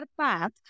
path